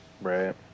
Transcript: right